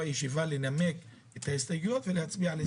ישיבה לנמק את ההסתייגויות ולהצביע.